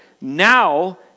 now